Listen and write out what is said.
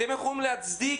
אתם יכולים להצדיק,